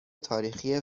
تاریخی